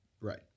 Right